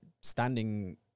standing